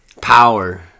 Power